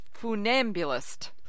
funambulist